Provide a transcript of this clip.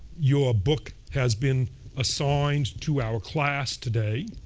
your book has been assigned to our class today.